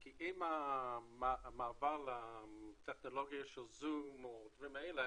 כי עם המעבר לטכנולוגיה של זום והדברים האלה